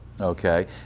Okay